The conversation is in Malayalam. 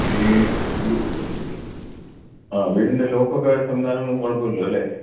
ആ വീടിന്റെ ലോക്കൊക്കെ സംവിധാനങ്ങളൊന്നും കുഴപ്പമില്ലല്ലോ അല്ലേ